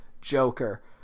Joker